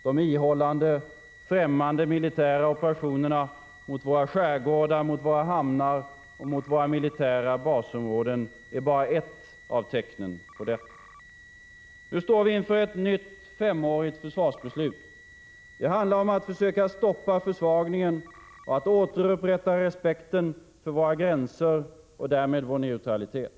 De ihållande främmande militära operationerna mot våra skärgårdar, hamnar och militära basområden är bara ett av tecknen på detta. Nu står vi inför ett nytt femårsbeslut beträffande försvaret. Det handlar om att försöka stoppa försvagningen och återupprätta respekten för våra gränser och därmed vår neutralitet.